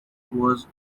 was